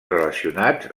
relacionats